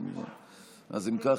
אם כך,